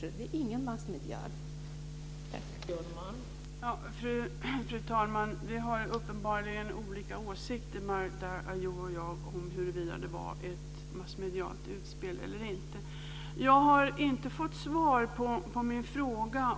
Det är inget massmedialt utspel.